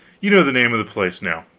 you know the name of the place now.